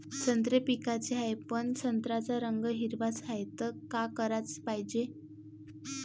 संत्रे विकाचे हाये, पन संत्र्याचा रंग हिरवाच हाये, त का कराच पायजे?